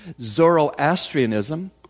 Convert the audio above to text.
Zoroastrianism